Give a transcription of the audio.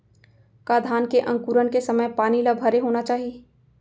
का धान के अंकुरण के समय पानी ल भरे होना चाही?